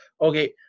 Okay